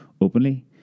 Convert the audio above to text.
openly